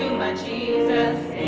my jesus,